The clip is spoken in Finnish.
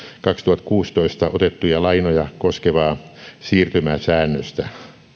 kaksituhattakuusitoista otettuja lainoja koskevaa siirtymäsäännöstä